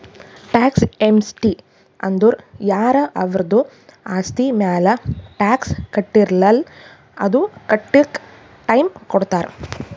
tax amnesty ಅಂದುರ್ ಯಾರ ಅವರ್ದು ಆಸ್ತಿ ಮ್ಯಾಲ ಟ್ಯಾಕ್ಸ್ ಕಟ್ಟಿರಲ್ಲ್ ಅದು ಕಟ್ಲಕ್ ಟೈಮ್ ಕೊಡ್ತಾರ್